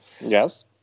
Yes